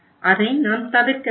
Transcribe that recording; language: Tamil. அதை நாம் தவிர்க்க வேண்டும்